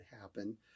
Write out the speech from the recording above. happen